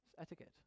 etiquette